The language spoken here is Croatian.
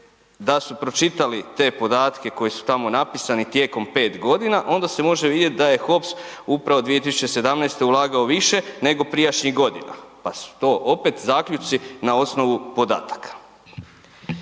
da su pročitali te podatke koji su tamo napisani tijekom 5.g., onda se može vidjeti da je Hops upravo 2017. ulagao više, nego prijašnjih godina, pa su to opet zaključci na osnovu podataka.